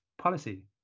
policy